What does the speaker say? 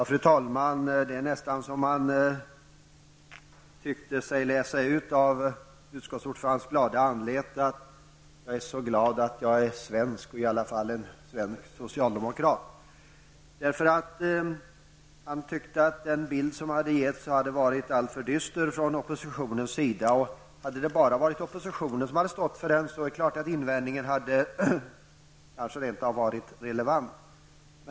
Fru talman! Jag tyckte mig kunna utläsa av utskottsordförandens glada anlete att han är mycket glad för att han är svensk -- i alla fall en svensk socialdemokrat. Lars Ulander tyckte att den bild som oppositionen har målat upp var alltför dyster. Men om det bara var oppositionen som stod för gjord beskrivning, skulle Lars Ulanders invändning t.o.m. ha kunnat anses vara relevant.